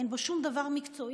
אין בו שום דבר מקצועי.